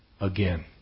again